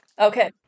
Okay